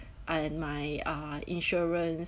and my uh insurance